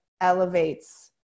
elevates